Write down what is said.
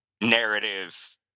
narrative